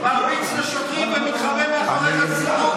מרביץ לשוטרים ומתחבא מאחורי חסינות.